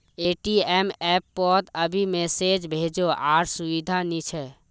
ATM app पोत अभी message भेजो वार सुविधा नी छे